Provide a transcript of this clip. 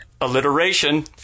Alliteration